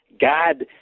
God